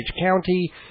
County